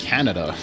Canada